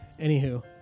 anywho